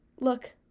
look